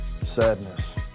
Sadness